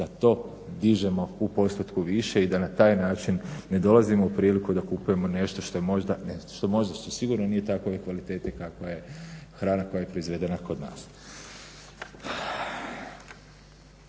da to dižemo u postotku više i da na taj način ne dolazimo u priliku da kupujemo nešto što možda sigurno nije takve kvalitete kakva je hrana koja je proizvedena kod nas.